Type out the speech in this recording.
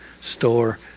store